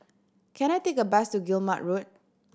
can I take a bus to Guillemard Road